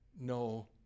no